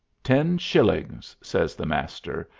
ten shillings! says the master,